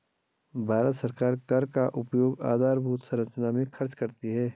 भारत सरकार कर का उपयोग आधारभूत संरचना में खर्च करती है